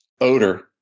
odor